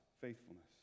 faithfulness